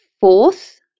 fourth